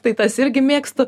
tai tas irgi mėgstu